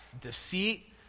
deceit